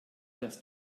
das